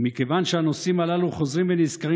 ומכיוון שהנושאים הללו חוזרים ונזכרים